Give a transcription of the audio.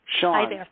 Sean